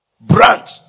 branch